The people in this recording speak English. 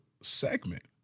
segment